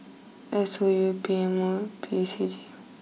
S O U P M O P C G